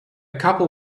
couple